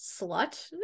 slut